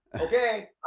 Okay